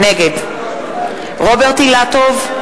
נגד רוברט אילטוב,